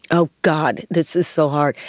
oh god, this is so hard.